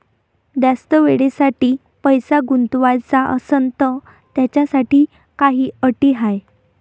जास्त वेळेसाठी पैसा गुंतवाचा असनं त त्याच्यासाठी काही अटी हाय?